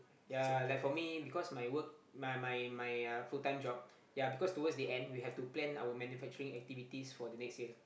ya like for me because my work my my my uh full time job ya because towards the end we have to plan our manufacturing activities for the next year